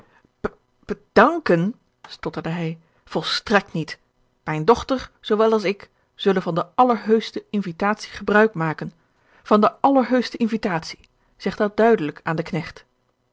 bedanken stotterde hij volstrekt niet mijne dochter zoowel als ik zullen van de allerheuschte invitatie gebruik maken van de allerheuschte invitatie zeg dat duidelijk aan den knecht